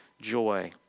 joy